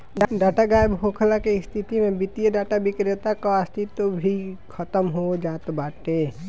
data गायब होखला के स्थिति में वित्तीय डाटा विक्रेता कअ अस्तित्व भी खतम हो जात बाटे